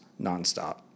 nonstop